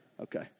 Okay